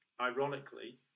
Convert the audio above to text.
ironically